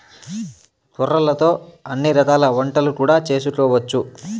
కొర్రలతో అన్ని రకాల వంటలు కూడా చేసుకోవచ్చు